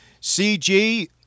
CG